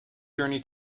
journey